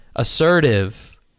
Assertive